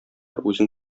үзең